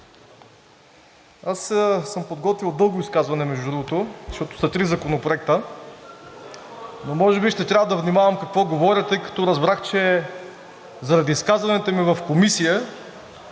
Аз съм подготвил дълго изказване, между другото, защото са три законопроекта. Но може би ще трябва да внимавам какво говоря, тъй като разбрах, че заради изказванията ми в Комисията